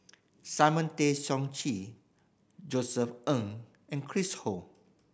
Simon Tay Seong Chee Josef Ng and Chris Ho